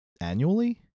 annually